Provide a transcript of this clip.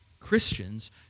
Christians